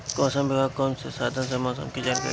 मौसम विभाग कौन कौने साधन से मोसम के जानकारी देवेला?